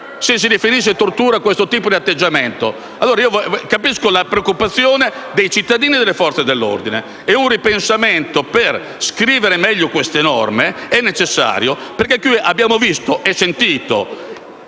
se si definisce tortura questo tipo di atteggiamento, sarebbero finiti all'ergastolo. Ebbene, capisco la preoccupazione dei cittadini e delle Forze dell'ordine. Un ripensamento per scrivere meglio queste norme è necessario perché abbiamo visto, sentito